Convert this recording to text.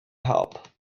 help